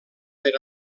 per